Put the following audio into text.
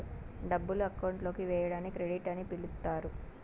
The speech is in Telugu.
డబ్బులు అకౌంట్ లోకి వేయడాన్ని క్రెడిట్ అని పిలుత్తారు